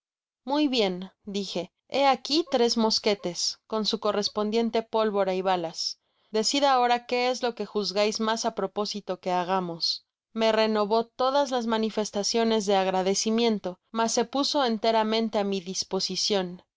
muy bien dije hó aquí tres mosquetes con su correspondiente pólvora y balas decid ahora qué es lo que juzgais mas á propósito que hagamos me renovó todas las manifestaciones de agradecimiento mas se puso enteramente á mi disposicion